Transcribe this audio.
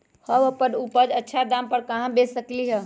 हम अपन उपज अच्छा दाम पर कहाँ बेच सकीले ह?